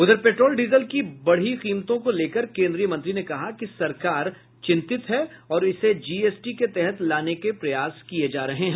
उधर petrol diesel की बढ़ी कीमतों को लेकर केन्द्रीय मंत्री ने कहा कि सरकार चिंतित है और इसे जीएसटी के तहत लाने के प्रयास किये जा रहे हैं